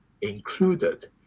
included